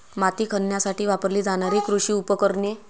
माती खणण्यासाठी वापरली जाणारी कृषी उपकरणे